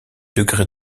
degré